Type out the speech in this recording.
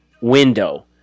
window